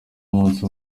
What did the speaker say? umunsi